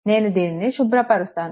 నేను దీనిని శుభ్రపరుస్తాను